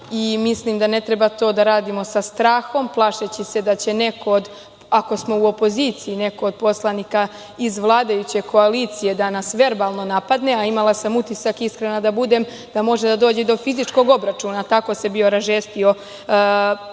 Mislim da ne treba to da radimo sa strahom, plašeći se da će neko, ako smo u opoziciji, od poslanika iz vladajuće koalicije da nas verbalno napadne, a imala sam utisak, iskrena da budem, da može da dođe do fizičkog obračuna, tako se bio ražestio poslanik